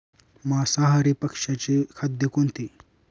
मांसाहारी पक्ष्याचे खाद्य कोणते?